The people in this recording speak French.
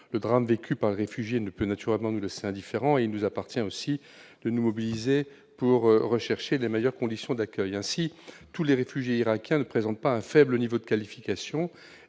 Le drame vécu par les réfugiés ne peut naturellement nous laisser indifférents. Il nous appartient de nous mobiliser pour rechercher les meilleures conditions d'accueil. Tous les réfugiés irakiens ne présentent pas un faible niveau de qualification.